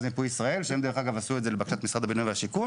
מיפוי ישראל שעשו את זה לבקשת משרד הבינוי והשיכון